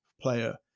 player